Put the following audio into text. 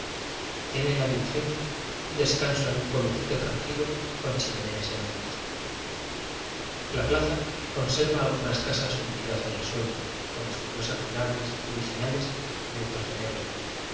tiene la diligencia un descanso en un pueblecito tranquilo con chimeneas enor mes la plaza conserva algunas casas hundi das en el suelo con escudos admirables y originales cubiertos de negro